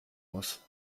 muss